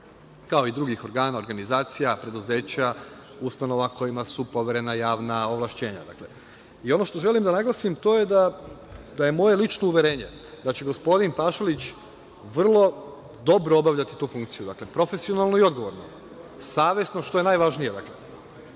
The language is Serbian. kao i drugih organa, organizacija, preduzeća, ustanova kojima su poverena javna ovlašćenja. Ono što želim da naglasim to je, da je moje lično uverenje, da će gospodin Pašalić vrlo dobro obavljati tu funkciju. Dakle, profesionalno i odgovorno, savesno što je najvažnije.